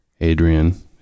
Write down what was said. Adrian